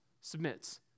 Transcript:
submits